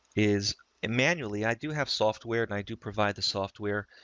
is a manually, i do have software, and i do provide the software